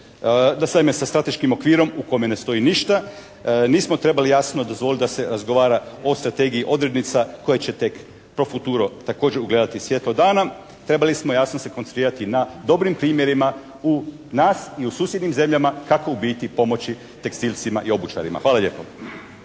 ne razumije./ sa strateškim okvirom u kome ne stoji ništa. Nismo trebali, jasno, dozvoliti da se razgovara o strategiji odrednica koje će tek pro futuro također ugledati svijetlo dana. Trebalo smo, jasno, se koncentrirati na dobrim primjerima u nas i u susjednim zemljama kako u biti pomoći tekstilcima i obućarima. Hvala lijepo.